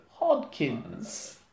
Hodkins